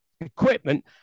equipment